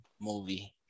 movie